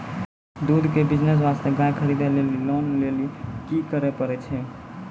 दूध के बिज़नेस वास्ते गाय खरीदे लेली लोन लेली की करे पड़ै छै?